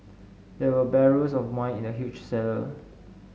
there were barrels of wine in the huge cellar